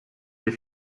des